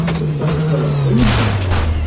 but as dr perlo-freeman points out,